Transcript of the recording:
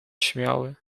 śmiały